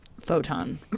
photon